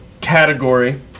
category